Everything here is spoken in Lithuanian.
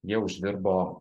jie uždirbo